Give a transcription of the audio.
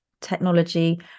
technology